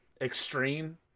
extreme